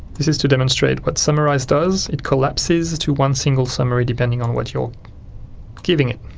this is to demonstrate what summarise does it collapses to one single summary depending on what you're giving it.